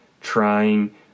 trying